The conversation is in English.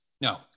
No